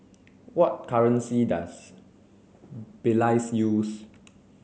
what currency does Belize use